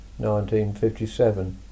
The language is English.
1957